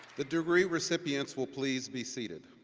the degree recipients will please be seated.